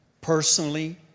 personally